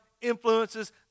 influences